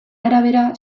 arabera